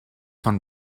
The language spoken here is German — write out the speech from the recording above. von